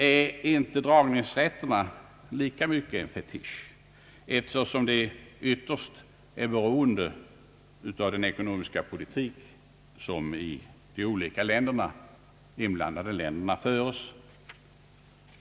Är inte dragningsrätterna lika mycket en fetisch, eftersom de ytterst är beroende av den ekonomiska politik som i de olika inblandade länderna föres?